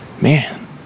Man